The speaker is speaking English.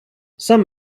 some